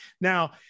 Now